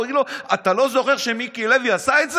הוא יגיד לו: אתה לא זוכר שמיקי לוי עשה את זה?